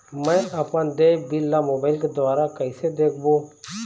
मैं अपन देय बिल ला मोबाइल के द्वारा कइसे देखबों?